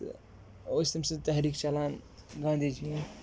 تہٕ ٲسۍ تٔمۍ سٕنٛز تحریٖک چَلان گاندھی جی یِنۍ